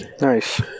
Nice